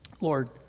Lord